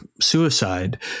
suicide